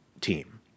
team